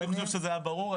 אני חושב שזה היה ברור.